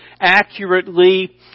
accurately